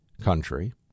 country